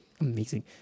Amazing